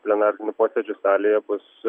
plenarinių posėdžių salėje bus